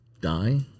die